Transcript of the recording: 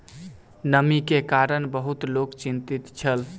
नमी के कारण बहुत लोक चिंतित छल